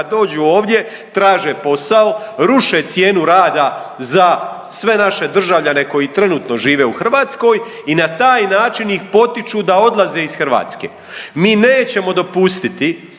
dođu ovdje traže posao, ruše cijenu rada za sve naše državljane koji trenutno žive u Hrvatskoj i na taj način ih potiču da odlaze iz Hrvatske. Mi nećemo dopustiti